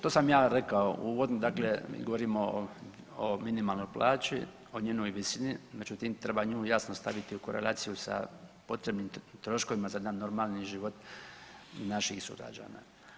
To sam ja rekao uvodno, dakle govorimo o minimalnoj plaći, o njenoj visini, međutim treba nju jasno staviti u korelaciju sa potrebnim troškovima za jedan normalni život naših sugrađana.